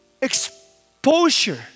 exposure